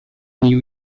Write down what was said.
new